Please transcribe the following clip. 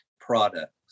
products